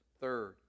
Third